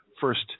first